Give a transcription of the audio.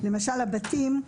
למשל הבתים,